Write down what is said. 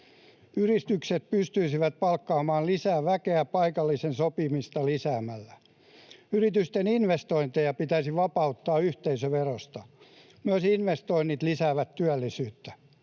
Yritykset pystyisivät palkkaamaan lisää väkeä paikallista sopimista lisäämällä. Yritysten investointeja pitäisi vapauttaa yhteisöverosta. Myös investoinnit lisäävät työllisyyttä.